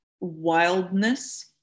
wildness